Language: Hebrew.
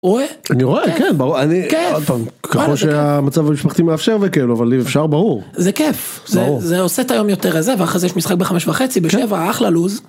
אני רואה כיף כמו שהמצב המשפחתי מאפשר וכאילו אבל אם אפשר ברור זה כיף זה עושה את היום יותר אה. אה.. זה ואחרי זה יש משחק בחמש וחצי בשבע אחלה לוז.